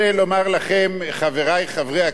חברי חברי הכנסת בעלי הכיפות,